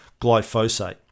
glyphosate